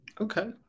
Okay